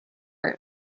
heart